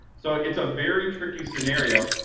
so it's a very tricky scenario.